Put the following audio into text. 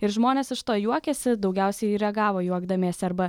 ir žmonės iš to juokiasi daugiausiai reagavo juokdamiesi arba